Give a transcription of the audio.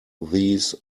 these